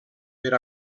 per